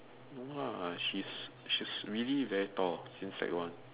no lah she's she's really very tall since sec one